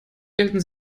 gelten